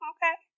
Okay